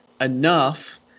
enough